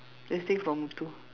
just take from Muthu